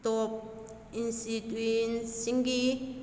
ꯇꯣꯞ ꯏꯟꯁꯇꯤꯇꯤꯎꯠꯁꯤꯡꯒꯤ